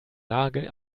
nagel